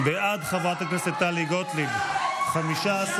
בעד חברת הכנסת טלי גוטליב, 15,